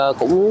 cũng